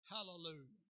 Hallelujah